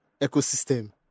ecosystem